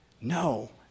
No